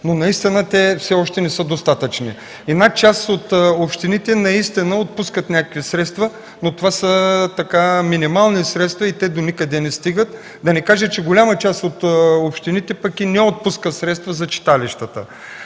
но наистина те все още не са достатъчни. Една част от общините отпускат някакви средства, но те са минимални и те доникъде не стигат, да не кажа, че голяма част от общините пък и не отпускат средства за читалищата.